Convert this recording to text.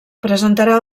presentarà